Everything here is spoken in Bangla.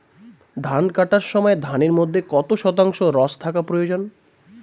ধান কাটার সময় ধানের মধ্যে কত শতাংশ রস থাকা প্রয়োজন?